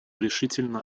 решительно